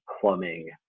plumbing